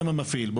המפעיל.